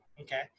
okay